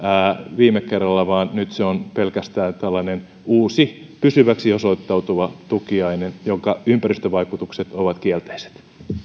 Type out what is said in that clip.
viime kerralla vaan nyt se on pelkästään uusi pysyväksi osoittautuva tukiainen jonka ympäristövaikutukset ovat kielteiset